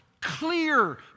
clear